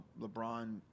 LeBron